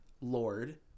lord